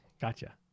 gotcha